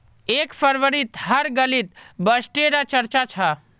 एक फरवरीत हर गलीत बजटे र चर्चा छ